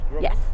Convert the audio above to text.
Yes